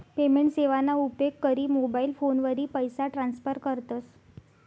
payment सेवाना उपेग करी मोबाईल फोनवरी पैसा ट्रान्स्फर करतस